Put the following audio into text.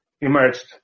emerged